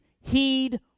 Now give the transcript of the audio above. heed